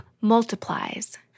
multiplies